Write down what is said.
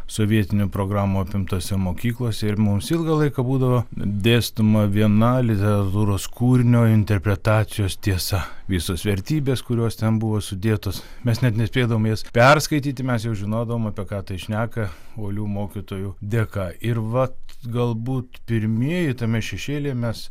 sovietinių programų apimtose mokyklose ir mums ilgą laiką būdavo dėstoma viena literatūros kūrinio interpretacijos tiesa visos vertybės kurios ten buvo sudėtos mes net nespėdavom jas perskaityti mes jau žinodavom apie ką tai šneka uolių mokytojų dėka ir vat galbūt pirmieji tame šešėlyje mes